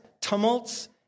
tumults